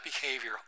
behavior